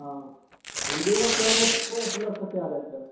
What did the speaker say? हाँ हीरो क्या रेट है का क्या रेट है